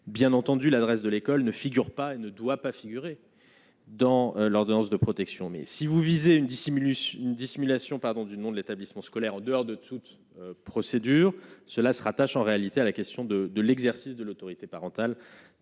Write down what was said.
bien entendu, l'adresse de l'école ne figure pas et ne doit pas figurer dans l'ordonnance de protection. Mais si vous visez une dissimulation du nom de l'établissement scolaire en dehors de toute procédure, celle-ci se rattache en réalité à la question de l'exercice de l'autorité parentale